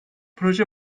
proje